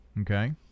Okay